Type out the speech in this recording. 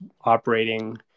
operating